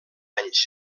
anys